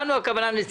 הוא לא היה מתקיים.